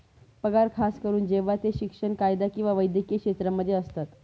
पगार खास करून जेव्हा ते शिक्षण, कायदा किंवा वैद्यकीय क्षेत्रांमध्ये असतात